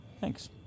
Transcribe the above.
Thanks